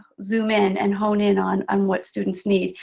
zoom in and hone in on on what students need,